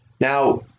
Now